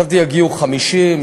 חשבתי שיגיעו 50,